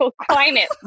climate